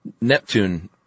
Neptune